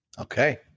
Okay